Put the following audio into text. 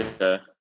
okay